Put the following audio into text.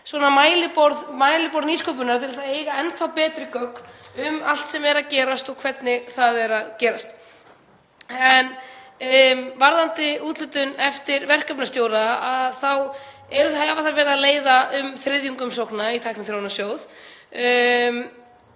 upp mælaborð nýsköpunar til að eiga enn þá betri gögn um allt sem er að gerast og hvernig það er að gerast. Varðandi úthlutun eftir verkefnastjórum þá hafa konur verið að leiða um þriðjung umsókna í Tækniþróunarsjóð.